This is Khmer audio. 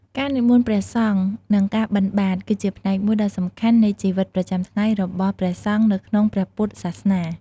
ការនិមន្តព្រះសង្ឃនឹងការបិណ្ឌបាត គឺជាផ្នែកមួយដ៏សំខាន់នៃជីវិតប្រចាំថ្ងៃរបស់ព្រះសង្ឃនៅក្នុងព្រះពុទ្ធសាសនា។